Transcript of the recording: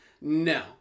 No